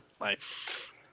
Nice